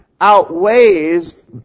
outweighs